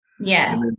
Yes